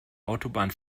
autobahn